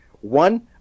One